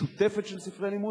משותפת של ספרי לימוד,